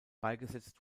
beigesetzt